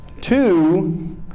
Two